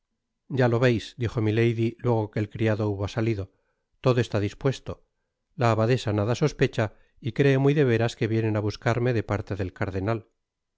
ya lo veis dijo milady luego que el criado hubo salido todo está dispuesto la abadesa nada sospecha y cree muy de veras que vienen á buscarme de parte del cardenal